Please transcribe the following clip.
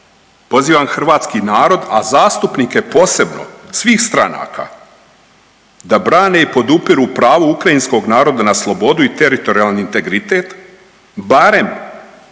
Pozivam hrvatski narod, a zastupnike posebno svih stranaka da brane i podupiru pravo ukrajinskog naroda na slobodu i teritorijalni integritet barem,